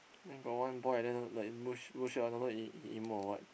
then got one boy I don't know like I don't know he he emo or what